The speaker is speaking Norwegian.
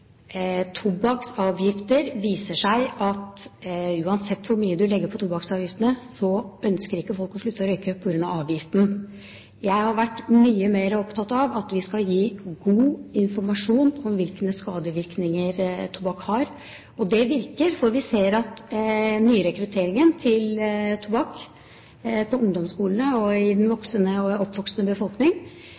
tobakksavgifter, viser det seg at uansett hvor mye man legger på avgiftene, ønsker ikke folk å slutte å røyke på grunn av avgiften. Jeg har vært mye mer opptatt av at vi skal gi god informasjon om hvilke skadevirkninger tobakk har. Og det virker, for vi ser at nyrekrutteringen til tobakk på ungdomsskolene og i den oppvoksende